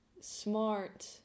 smart